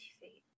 feet